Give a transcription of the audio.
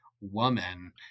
woman